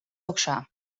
augšā